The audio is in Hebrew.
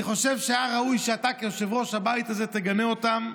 אני חושב שהיה ראוי שאתה כיושב-ראש הבית הזה תגנה אותן.